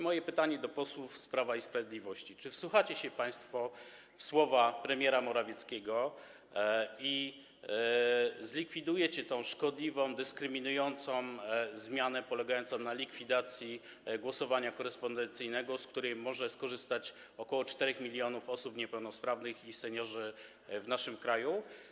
Moje pytanie do posłów z Prawa i Sprawiedliwości: Czy wsłuchacie się państwo w słowa premiera Morawieckiego i zlikwidujecie tę szkodliwą, dyskryminującą zmianę polegającą na likwidacji głosowania korespondencyjnego, z którego mogą skorzystać ok. 4 mln osób niepełnosprawnych i seniorzy w naszym kraju?